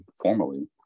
formally